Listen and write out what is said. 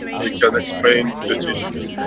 we can explain the teaching you.